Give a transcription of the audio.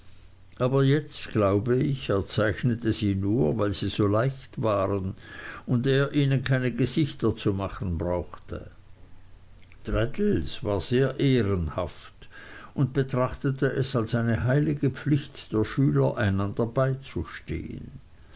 aber jetzt glaube ich er zeichnete sie nur weil sie so leicht waren und er ihnen keine gesichter zu machen brauchte traddles war sehr ehrenhaft und betrachtete es als eine heilige pflicht der schüler einander beizustehen